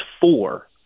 four